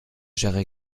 jerry